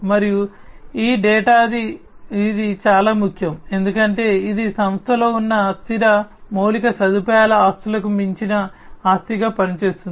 మరియు ఈ డేటా ఇది చాలా ముఖ్యం ఎందుకంటే ఇది సంస్థలో ఉన్న స్థిర మౌలిక సదుపాయాల ఆస్తులకు మించిన ఆస్తిగా పనిచేస్తుంది